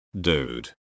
dude